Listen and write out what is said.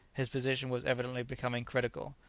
his position was evidently becoming critical.